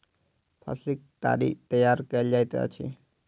फसीलक ताड़ी तैयार कएल जाइत अछि